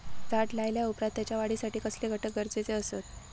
झाड लायल्या ओप्रात त्याच्या वाढीसाठी कसले घटक गरजेचे असत?